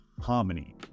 harmony